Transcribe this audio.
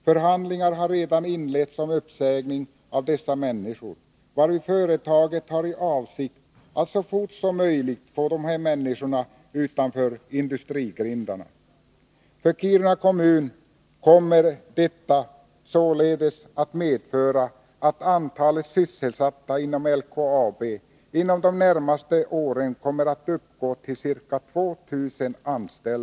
Förhandlingar har redan inletts om uppsägning av dessa människor, varvid företaget har för avsikt att så fort som möjligt få dessa människor utanför industrigrindarna. För Kiruna kommun medför detta således att antalet sysselsatta vid LKAB inom de närmaste åren kommer att uppgå till ca 2 000.